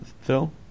Phil